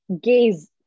gaze